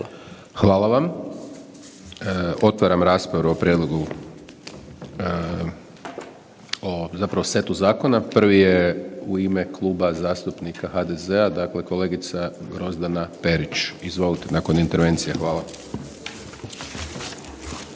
Hvala vam. Otvaram raspravu o prijedlogu zapravo setu zakona. Prvi je u ime Kluba zastupnika HDZ-a dakle kolegica Grozdana Perić. Izvolite, nakon intervencije, hvala.